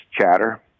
chatter